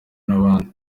n’abandi